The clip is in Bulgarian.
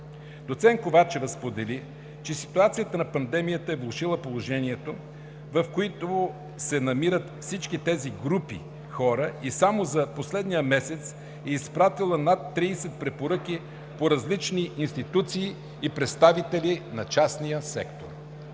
Доцент Ковачева сподели, че ситуацията на пандемия е влошила положението, в което се намират всички тези групи хора, и само за последния месец е изпратила над 30 препоръки до различни институции и представители на частния сектор.